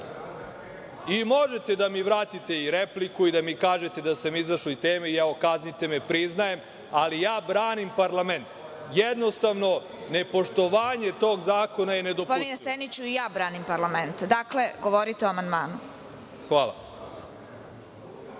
Možete da mi vratite i repliku i da mi kažete da sam izašao iz teme. Kaznite me, priznajem, ali branim parlament. Jednostavno, nepoštovanje tog zakona je nedopustivo.(Predsedavajuća: Gospodine Seniću, i ja branim parlament. Dakle, govorite o amandmanu.)Dakle,